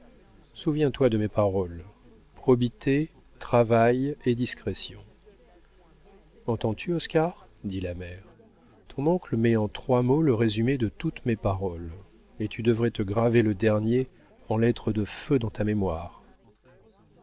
souviens-toi de mes paroles probité travail et discrétion entends-tu oscar dit la mère ton oncle te met en trois mots le résumé de toutes mes paroles et tu devrais te graver le dernier en lettres de feu dans ta mémoire